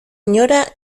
inora